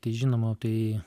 tai žinoma tai